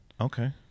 Okay